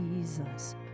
Jesus